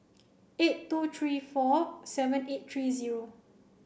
eight two three four seven eight three zero